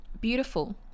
Beautiful